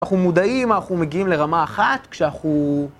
אנחנו מודעים אנחנו מגיעים לרמה אחת כשאנחנו...